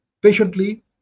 patiently